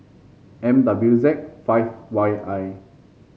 M W Z five Y I